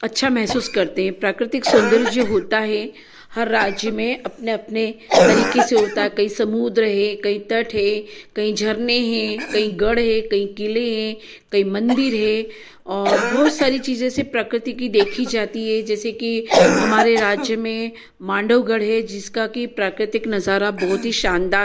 अच्छा महसूस करते हैं प्राकृतिक सौन्दर्य जो होता है हर राज्य में अपने अपने तरीके से होता है कहीं समुद्र है कहीं तट हैं कहीं झरने हैं कहीं गढ़ हैं कहीं किले हैं कहीं मंदिर है और बहुत सारी चीजों से प्रकृति की देखी जाती है जैसे कि हमारे राज्य में मांडवगढ़ है जिसका कि प्राकृतिक नजारा बहुत ही शानदार है